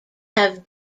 have